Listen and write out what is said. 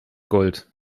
gold